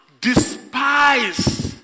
despise